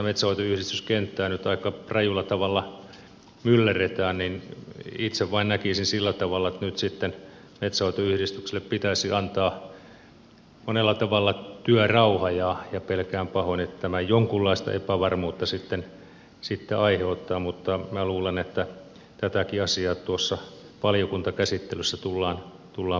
kun tätä metsänhoitoyhdistyskenttää nyt aika rajulla tavalla myllerretään niin itse vain näkisin sillä tavalla että nyt sitten metsänhoitoyhdistyksille pitäisi antaa monella tavalla työrauha ja pelkään pahoin että tämä jonkunlaista epävarmuutta sitten aiheuttaa mutta minä luulen että tätäkin asiaa tuossa valiokuntakäsittelyssä tullaan pohdiskelemaan